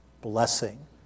blessing